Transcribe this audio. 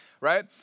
right